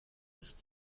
ist